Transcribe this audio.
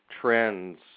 trends